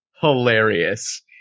hilarious